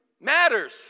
matters